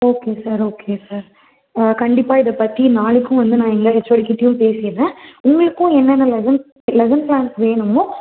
okay sir okay sir கண்டிப்பாக இதைப்பத்தி நாளைக்கும் வந்து நான் எங்கள் ஹெச்ஓடிக்கிட்டையும் பேசிடுறேன் உங்களுக்கும் என்னென்ன லெசன்ஸ் லெசன் ப்ளான்ஸ் வேணுமோ